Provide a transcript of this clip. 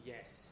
Yes